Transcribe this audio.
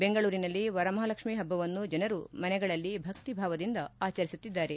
ಬೆಂಗಳೂರಿನಲ್ಲಿ ವರಮಹಾಲಕ್ಷ್ಮ ಹಬ್ಬವನ್ನು ಜನರು ಮನೆಗಳಲ್ಲಿ ಭಕ್ತಿ ಭಾವದಿಂದ ಆಚರಿಸುತ್ತಿದ್ದಾರೆ